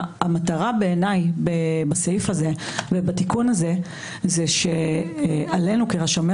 המטרה בעיניי בסעיף הזה ובתיקון הזה היא שעלינו כרשמי